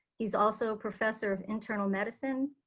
he is also professor of internal medicine,